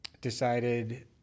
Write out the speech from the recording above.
decided